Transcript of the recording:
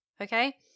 Okay